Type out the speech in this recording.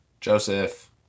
Joseph